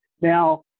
Now